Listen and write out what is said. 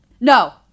No